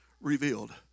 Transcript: revealed